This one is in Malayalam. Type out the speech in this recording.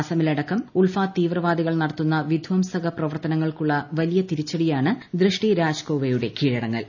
അസമിലടക്കം ഉൾഫ തീവ്രവാദികൾ നടത്തുന്ന ് ്വിയ്ംസക പ്രവർത്തനങ്ങൾക്കുള്ള വലിയ തിരിച്ചടിയാണ് ദൃഷ്ടി രാജ്കോവയുടെ കീഴടങ്ങൽ